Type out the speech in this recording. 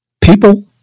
People